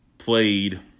played